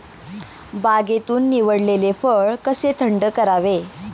बागेतून निवडलेले फळ कसे थंड करावे?